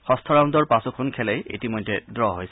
যষ্ঠ ৰাউণ্ডৰ পাঁচোখন খেলেই ইতিমধ্যে ড্ৰ' হৈছে